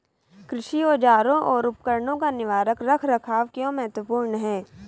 कृषि औजारों और उपकरणों का निवारक रख रखाव क्यों महत्वपूर्ण है?